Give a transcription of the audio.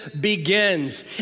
begins